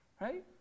right